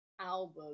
album